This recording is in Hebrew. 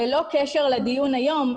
ללא קשר לדיון היום,